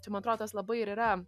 čia man atrodo tas labai ir yra